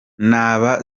naba